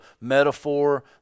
metaphor